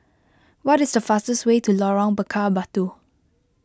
what is the fastest way to Lorong Bakar Batu